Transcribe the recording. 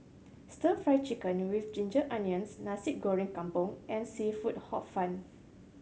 Stir Fry Chicken with ginger onions Nasi Goreng Kampung and seafood Hor Fun